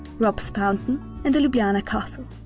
rob's fountain and the ljubljana castle.